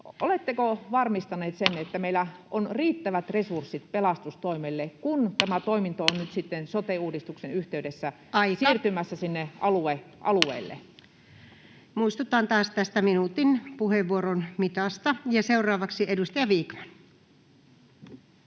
oletteko varmistanut sen, että meillä on riittävät resurssit pelastustoimelle, kun tämä toiminto on nyt sitten sote-uudistuksen yhteydessä [Puhemies: Aika!] siirtymässä sinne alueille? Muistutan taas tästä minuutin puheenvuoron mitasta. — Ja seuraavaksi edustaja Vikman.